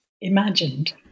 imagined